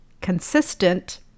consistent